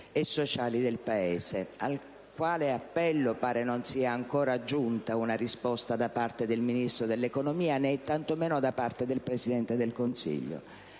e sociali del Paese, appello al quale pare non sia ancora giunta una risposta da parte del Ministro dell'economia, né tantomeno da parte del Presidente del Consiglio.